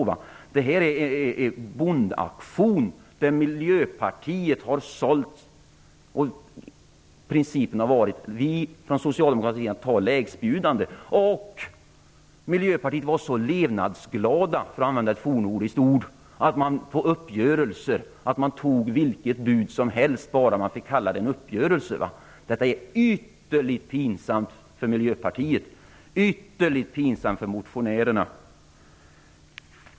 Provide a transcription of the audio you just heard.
Det här är en bondauktion. Miljöpartiet har bjudit, och principen har varit att socialdemokraterna har tagit lägstbjudande. I Miljöpartiet var man så levnadsglad, för att använda ett fornnordiskt ord, att man gick med på vad som helst bara man fick kalla det en uppgörelse. Detta är ytterligt pinsamt för Miljöpartiet. Det är ytterligt pinsamt för motionärerna.